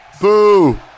Boo